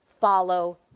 follow